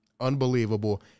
Unbelievable